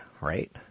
right